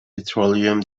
petroleum